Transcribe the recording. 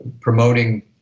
promoting